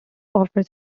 offers